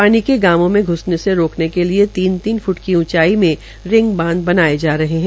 पानी के गांवों में घ्सने में रोकने के लिए तीन तीन फ्ट की उंचाई में रिंग बांध बनाये जा रहे है